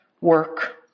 work